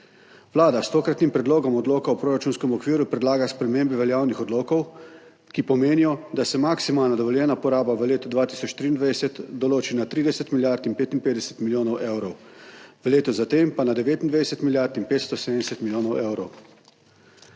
Vlada s tokratnim predlogom odloka o proračunskem okviru predlaga spremembe veljavnih odlokov, ki pomenijo, da se maksimalna dovoljena poraba v letu 2023 določi na 30 milijard in 55 milijonov evrov, v letu za tem pa na 29 milijard in 570 milijonov evrov.